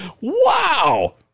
wow